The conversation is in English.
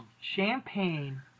champagne